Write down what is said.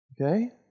Okay